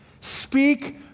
Speak